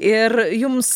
ir jums